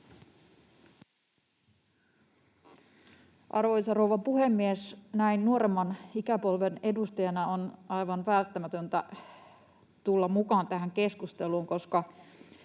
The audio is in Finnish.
Arvoisa rouva puhemies! Näin nuoremman ikäpolven edustajana on aivan välttämätöntä tulla mukaan tähän keskusteluun, koska